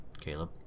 Caleb